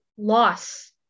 loss